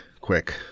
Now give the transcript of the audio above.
quick